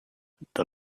the